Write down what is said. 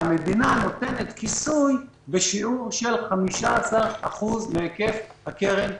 שהמדינה נותנת כיסוי בשיעור של 15% מהיקף הקרן הכולל.